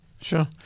Sure